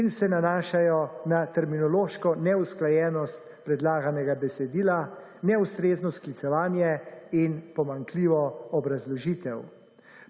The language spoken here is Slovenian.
in se nanašajo na terminološko neusklajenost predlaganega besedila, neustrezno sklicevanje in pomanjkljivo obrazložitev.